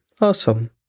Awesome